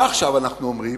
מה עכשיו אנחנו אומרים?